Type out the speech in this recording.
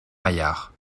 maillard